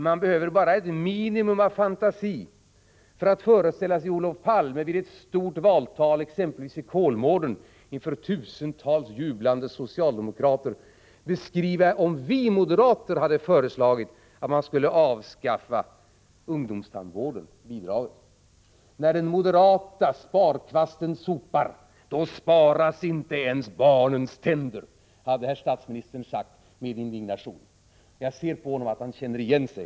Men det behövs bara ett minimum av fantasi för att föreställa sig hur Olof Palme vid ett stort valtal, exempelvis i Kolmården, inför tusentals jublande socialdemokrater skulle beskriva förslaget om vi moderater hade föreslagit att bidraget till ungdomstandvården skulle avskaffas. När den moderata sparkvasten sopar, då sparas inte ens barnens tänder, hade herr statsministern sagt med indignation. Jag ser på honom att han känner igen sig.